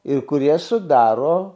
ir kurie sudaro